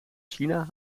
china